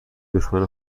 دشمن